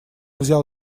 взял